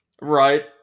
Right